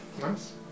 Nice